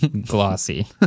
glossy